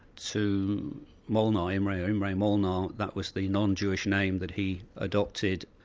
to molnar, imre ah imre molnar, that was the non-jewish name that he adopted,